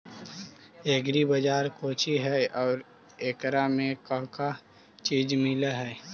Agri बाजार कोची हई और एकरा में का का चीज मिलै हई?